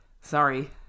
sorry